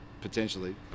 potentially